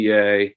PA